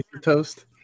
toast